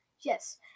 Yes